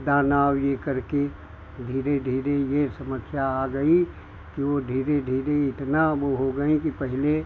दाना और यह करके धीरे धीरे ये समस्या आ गई कि वह धीरे धीरे इतना वह हो गई कि पहले